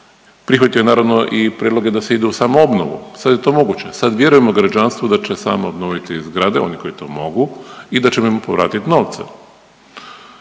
Prihvatio je naravno i prijedloge da se ide u samoobnovu, sad je to moguće, sad vjerojatno građanstvu da će sami obnoviti zgrade, oni koji to mogu i da ćemo im povratiti novce.